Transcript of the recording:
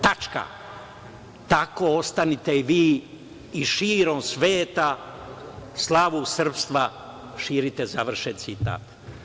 Tako ostanite i vi i širom sveta slavu srpstva širite“, završen citat.